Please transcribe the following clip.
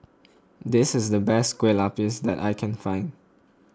this is the best Kue Lupis that I can find